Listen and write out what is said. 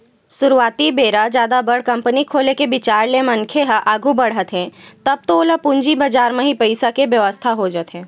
सुरुवाती बेरा जादा बड़ कंपनी खोले के बिचार ले मनखे ह आघू बड़हत हे तब तो ओला पूंजी बजार म ही पइसा के बेवस्था हो जाथे